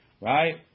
Right